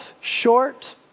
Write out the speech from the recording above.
short